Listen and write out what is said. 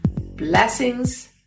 blessings